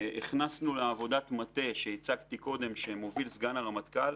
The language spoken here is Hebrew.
הכנסנו לעבודת המטה שמוביל סגן הרמטכ"ל